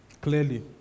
clearly